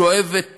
שואב את